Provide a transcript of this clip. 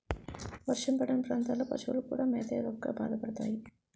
వర్షం పడని ప్రాంతాల్లో పశువులు కూడా మేత దొరక్క బాధపడతాయి